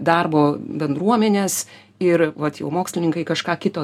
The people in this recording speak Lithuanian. darbo bendruomenės ir vat jau mokslininkai kažką kito